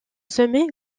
semer